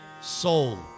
soul